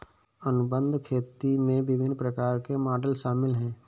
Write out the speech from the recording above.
अनुबंध खेती में विभिन्न प्रकार के मॉडल शामिल हैं